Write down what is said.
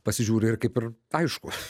pasižiūri ir kaip ir aišku